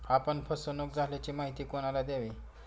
आपण फसवणुक झाल्याची माहिती कोणाला द्यावी?